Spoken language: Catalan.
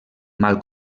mal